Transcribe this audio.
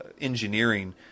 engineering